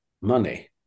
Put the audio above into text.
money